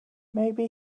maybe